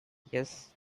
yes